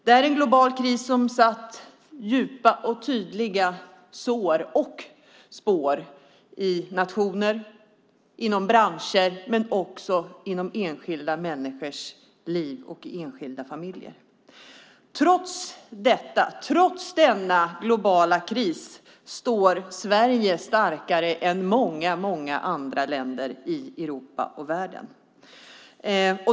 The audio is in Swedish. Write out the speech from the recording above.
Det är en global kris som satt djupa och tydliga sår och spår i nationer och branscher, men också i enskilda människors och familjers liv. Trots denna globala kris står Sverige starkare än många andra länder i Europa och världen.